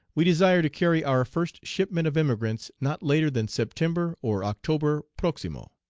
we desire to carry our first shipment of emigrants not later than september or october proximo.